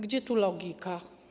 Gdzie tu logika?